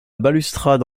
balustrade